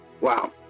Wow